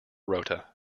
rota